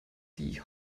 die